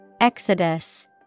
Exodus